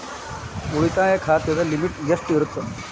ಉಳಿತಾಯ ಖಾತೆದ ಲಿಮಿಟ್ ಎಷ್ಟ ಇರತ್ತ?